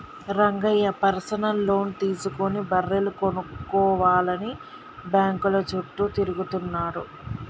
Rangayya personal loan తీసుకుని బర్రెలు కొనుక్కోవాలని బ్యాంకుల చుట్టూ తిరుగుతున్నాడు